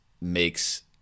makes